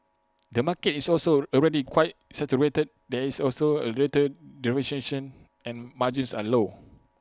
the market is also already quite saturated there is also A little and margins are low